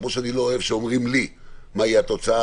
כמו שאני לא אוהב שאומרים לי מה תהיה התוצאה,